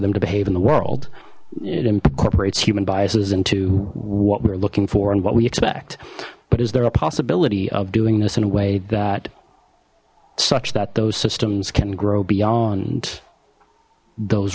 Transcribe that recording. them to behave in the world it incorporates human biases into what we're looking for and what we expect but is there a possibility of doing this in a way that such that those systems can grow beyond those